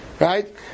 Right